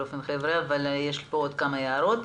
חבר'ה אבל יש פה עוד כמה הערות.